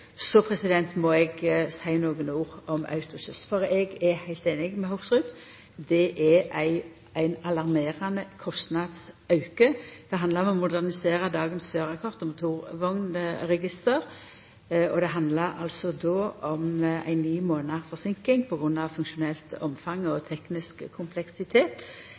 Så må eg seia nokre ord om Autosys, for eg er heilt einig med Hoksrud. Det er ein alarmerande kostnadsauke. Det handlar om å modernisera dagens førarkort- og motorvognregister. Det dreier seg om ni månader forseinking på grunn av funksjonelt omfang og teknisk kompleksitet.